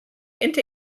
into